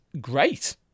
great